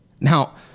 Now